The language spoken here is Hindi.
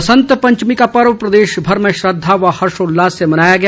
बसंत पंचमी का पर्व प्रदेशभर में श्रद्धा व हर्षोल्लास से मनाया गया